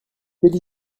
quelle